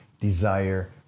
desire